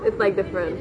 it's like different